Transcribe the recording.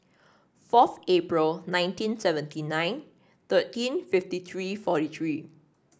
fourth April nineteen seventy nine thirteen fifty three forty three